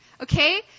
okay